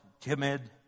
timid